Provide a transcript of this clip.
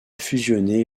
fusionné